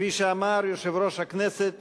כפי שאמר יושב-ראש הכנסת,